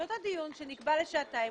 שנקבע לשעתיים,